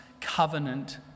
covenant